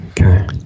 Okay